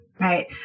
right